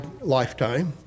lifetime